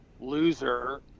loser